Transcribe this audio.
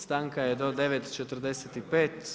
Stanka je do 9,45.